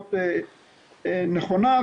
פחות נכונה,